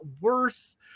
worse